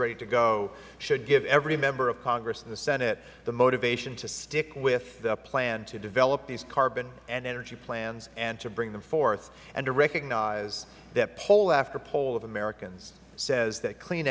ready to go should give every member of congress and the senate the motivation to stick with the plan to develop these carbon and energy plans and to bring them forth and to recognize that poll after poll of americans says that clean